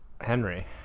Henry